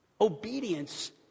Obedience